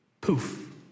Poof